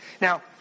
Now